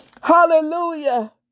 Hallelujah